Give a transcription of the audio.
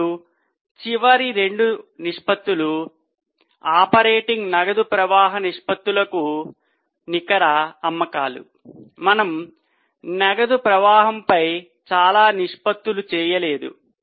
ఇప్పుడు చివరి రెండు నిష్పత్తులు ఆపరేటింగ్ నగదు ప్రవాహ నిష్పత్తులకు నికర అమ్మకాలు మనము నగదు ప్రవాహంపై చాలా నిష్పత్తులు చేయలేదు